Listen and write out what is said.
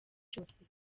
cyose